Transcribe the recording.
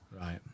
right